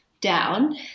down